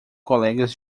colegas